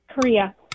Korea